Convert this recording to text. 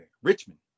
Richmond